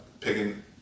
picking